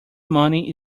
money